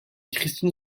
christine